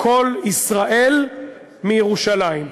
"קול ישראל מירושלים",